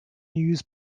news